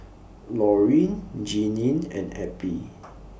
Lorene Jeanine and Eppie